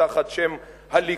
תחת השם הליכוד,